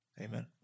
Amen